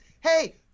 hey